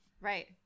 right